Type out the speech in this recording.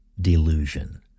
delusion